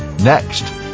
next